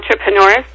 entrepreneurs